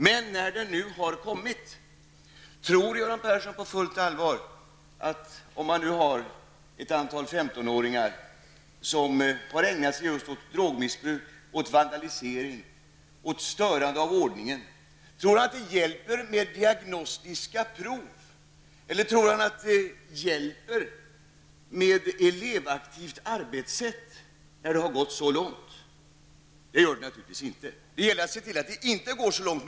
Men när den nu har kommit, tror Göran Persson då på fullt allvar -- om man har ett antal femtionåringar som har ägnat sig åt drogmissbruk, vandalisering och störande av ordningen, när det har gått så långt -- att det hjälper med diagnostiska prov eller att det hjälper med ett elevaktivt arbetssätt? Det gör det naturligtvis inte. Det gäller att se till att det inte går så långt.